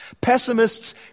Pessimists